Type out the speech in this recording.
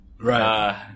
right